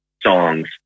songs